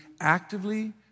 actively